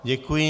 Děkuji.